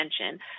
attention